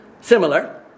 Similar